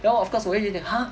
then of course 我会有一点 !huh!